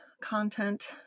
content